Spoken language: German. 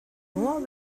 nur